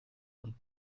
und